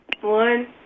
One